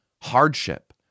hardship